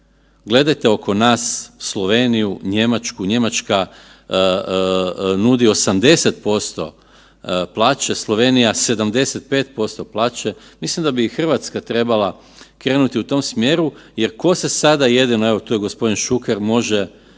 gledajte oko nas, Sloveniju, Njemačku, Njemačka nudi 80% plaće, Slovenija 75% plaće, mislim da bi i Hrvatska trebala krenuti u tom smjeru jer tko se sada jedino, evo, tu je g. Šuker, može